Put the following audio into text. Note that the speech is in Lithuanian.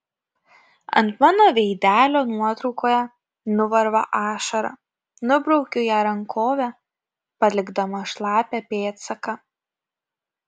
ant mano veidelio nuotraukoje nuvarva ašara nubraukiu ją rankove palikdama šlapią pėdsaką